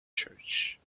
church